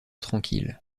tranquilles